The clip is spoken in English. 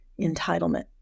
entitlement